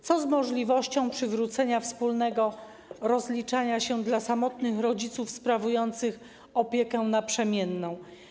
Co z możliwością przywrócenia wspólnego rozliczania się dla samotnych rodziców sprawujących opiekę naprzemienną?